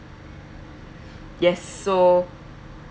yes so